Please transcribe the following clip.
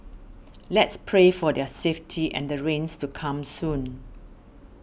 let's pray for their safety and the rains to come soon